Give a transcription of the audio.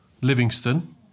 Livingston